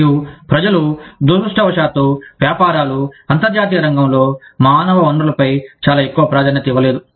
మరియు ప్రజలు దురదృష్టవశాత్తు వ్యాపారాలు అంతర్జాతీయ రంగంలో మానవ వనరులపై చాలా ఎక్కువ ప్రాధాన్యత ఇవ్వలేదు